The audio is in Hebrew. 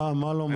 מה לא מספיק?